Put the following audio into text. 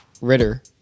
Ritter